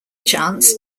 chance